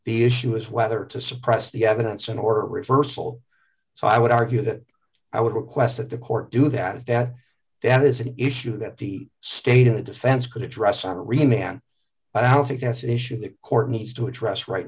the issue is whether to suppress the evidence and or reversal so i would argue that i would request that the court do that that that is an issue that the state of the defense could address and remain but i don't think that's an issue the court needs to address right